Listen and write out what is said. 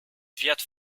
wird